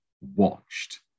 watched